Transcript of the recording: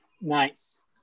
Nice